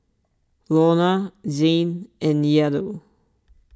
Launa Zayne and Yadiel